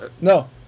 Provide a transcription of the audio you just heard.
no